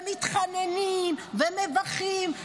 ומתחננים ומבכים,